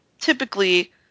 typically